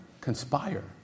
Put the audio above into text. conspire